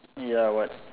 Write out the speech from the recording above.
ya what